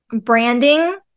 branding